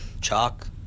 chalk